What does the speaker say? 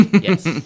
Yes